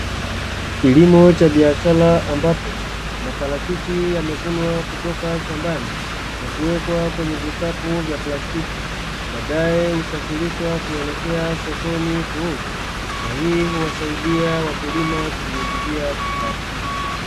Kilimo cha biashara ambapo matarachichi, yamefunwa kutoka shambani na kuwekwa kwenye vikapu vya plastiki, baadae usafirishwa kuelekea sokoni kurudi na hii huwasaidia wakulima kujiingizia kipato.